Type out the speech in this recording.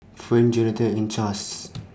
Fern Johathan and Chas